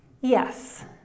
Yes